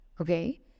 okay